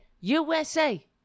usa